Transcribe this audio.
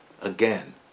again